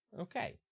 Okay